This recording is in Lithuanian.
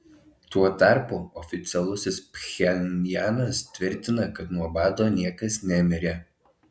tuo tarpu oficialusis pchenjanas tvirtina kad nuo bado niekas nemirė